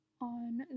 on